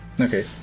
Okay